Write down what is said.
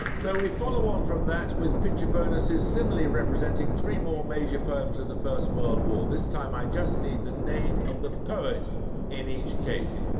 so we follow on from that with picture bonuses similarly representing three more major poems of the first world war. this time, i just need the name of the poet in each case.